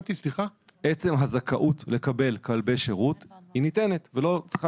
עצם הזכאות לקבל כלבי שירות ניתנת ולא צריכה